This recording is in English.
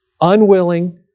unwilling